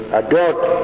adult